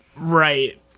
Right